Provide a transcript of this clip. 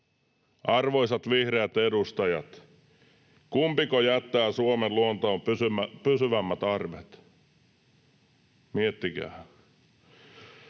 Arvoisat vihreät edustajat, kumpiko jättää Suomen luontoon pysyvämmät arvet? Miettikäähän.